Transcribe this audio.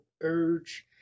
urge